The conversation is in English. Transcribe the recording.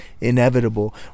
inevitable